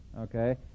Okay